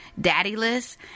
daddyless